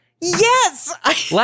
Yes